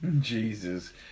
Jesus